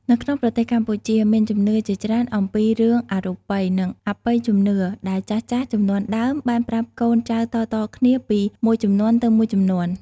នៅក្នុងប្រទេសកម្ពុជា មានជំនឿជាច្រើនអំពីរឿងអរូបី និងអបិយជំនឿ ដែលចាស់ៗជំនាន់ដើមបានប្រាប់កូនចៅតៗគ្នាពីមួយជំនាន់ទៅមួយជំនាន់។